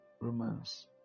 romance